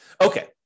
Okay